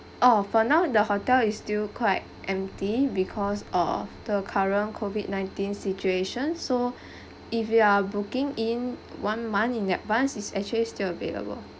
oh for now the hotel is still quite empty because of the current COVID-nineteen situation so if you are booking in one month in advanced it's actually still available